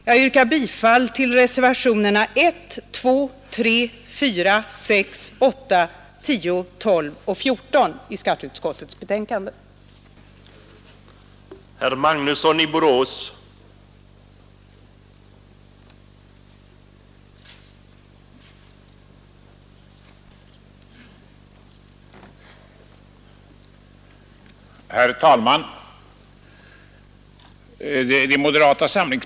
Jag yrkar bifall till reservationerna 1, 2, 3, 4, 6, 8, 10, 12, 14, 17 och 18 vid skatteutskottets betänkande nr 32.